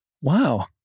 Wow